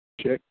Check